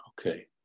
Okay